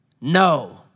no